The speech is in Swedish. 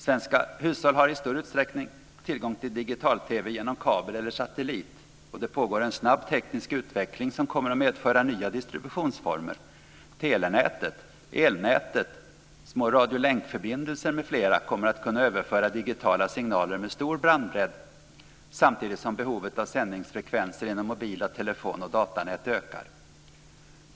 Svenska hushåll har i större utsträckning tillgång till digital-TV genom kabel eller satellit. Det pågår en snabb teknisk utveckling som kommer att medföra nya distributionsformer. Telenätet, elnätet, små radiolänkförbindelser, m.m. kommer att kunna överföra digitala signaler med stor bandbredd samtidigt som behovet av sändningsfrekvenser i mobila telefon och datanät ökar.